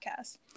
podcast